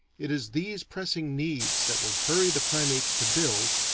it is these pressing needs that will hurry the primates to build,